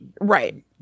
right